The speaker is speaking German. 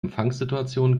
empfangssituation